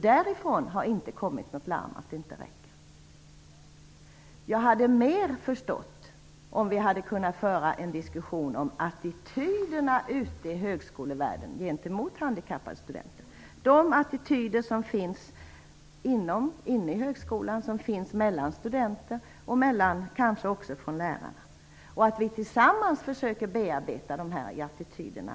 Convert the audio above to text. Därifrån har inte kommit något larm att det inte räcker. Jag hade bättre förstått om vi hade kunnat föra en diskussion om attityderna gentemot handikappade studenter ute i högskolevärlden -- de attityder som finns inne i högskolan, mellan studenter och kanske även bland lärarna. Tillsammans skall vi försöka bearbeta de här attityderna.